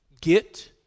Get